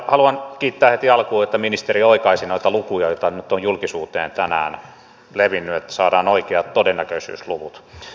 haluan kiittää heti alkuun että ministeri oikaisi noita lukuja joita nyt on julkisuuteen tänään levinnyt että saadaan oikeat todennäköisyysluvut